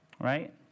right